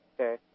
okay